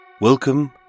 Welcome